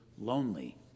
lonely